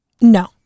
No